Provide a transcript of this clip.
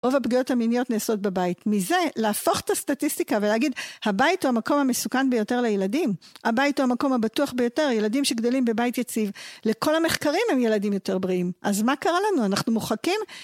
רוב הפגיעות המיניןת נעשות בבית. מזה, להפוך את הסטטיסטיקה ולהגיד, הבית הוא המקום המסוכן ביותר לילדים. הבית הוא המקום הבטוח ביותר. ילדים שגדלים בבית יציב, לכל המחקרים הם ילדים יותר בריאים. אז מה קרה לנו? אנחנו מוחקים...